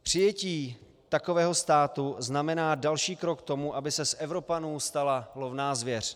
Přijetí takového státu znamená další krok k tomu, aby se z Evropanů stala lovná zvěř.